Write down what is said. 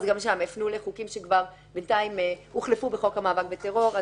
אבל גם שם הפנו לחוקים שכבר בינתיים הוחלפו בחוק המאבק בטרור.